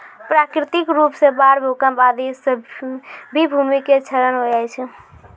प्राकृतिक रूप सॅ बाढ़, भूकंप आदि सॅ भी भूमि के क्षरण होय जाय छै